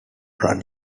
run